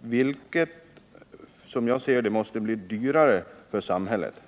vilket måste bli dyrare för samhället.